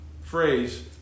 phrase